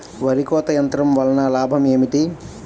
వరి కోత యంత్రం వలన లాభం ఏమిటి?